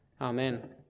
Amen